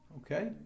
Okay